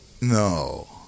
No